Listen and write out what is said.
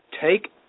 take